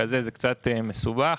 אנחנו,